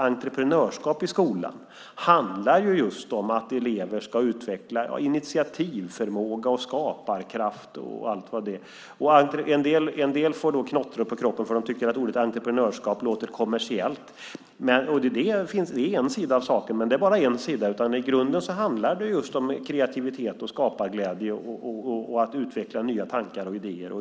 Entreprenörskap i skolan handlar just om att elever ska utveckla initiativförmåga och skaparkraft och allt vad det är. En del får knottror på kroppen, för de tycker att ordet entreprenörskap låter kommersiellt. Det är en sida av saken, men det är bara en sida. I grunden handlar det just om kreativitet och skaparglädje och att utveckla nya tankar och idéer.